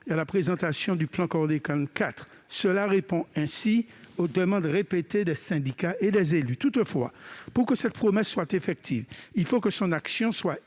à la présentation du plan Chlordécone IV. Cela répond aux demandes répétées des syndicats et des élus. Toutefois, pour que cette promesse soit effective, il faut que son action soit